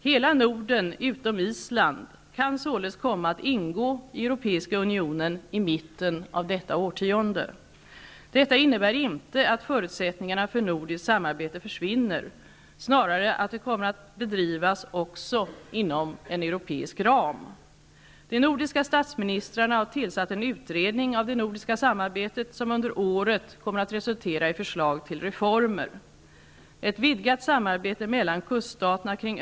Hela Norden utom Island kan således komma att ingå i Europeiska unionen i mitten av detta årtionde. Detta innebär inte att förutsättningarna för ett nordiskt samarbete försvinner, snarare att det kommer att bedrivas också inom en europeisk ram. De nordiska statsministrarna har tillsatt en utredning av det nordiska samarbetet, som under året kommer att resultera i förslag till reformer.